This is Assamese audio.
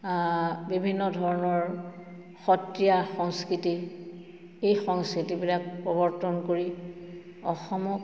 বিভিন্ন ধৰণৰ সত্ৰীয়া সংস্কৃতি এই সংস্কৃতিবিলাক প্ৰৱৰ্তন কৰি অসমক